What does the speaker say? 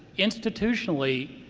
institutionally,